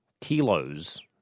kilos